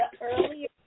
earlier